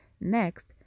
Next